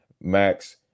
Max